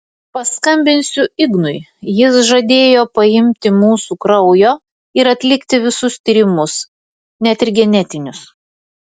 paskambinsiu ignui jis žadėjo paimti mūsų kraujo ir atlikti visus tyrimus net ir genetinius